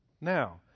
Now